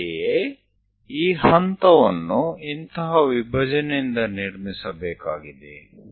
ಅಂತೆಯೇ ಈ ಹಂತವನ್ನು ಇಂತಹ ವಿಭಜನೆಯಿಂದ ನಿರ್ಮಿಸಬೇಕಾಗಿದೆ